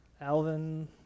Alvin